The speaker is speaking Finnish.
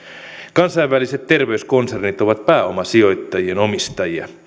kansainväliset terveyskonsernit ovat pääomasijoittajien omistajia